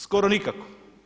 Skoro nikako.